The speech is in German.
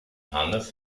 hannes